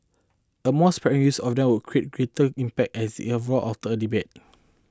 a more sparing use of them would create greater impact as if after all a debate